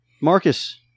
marcus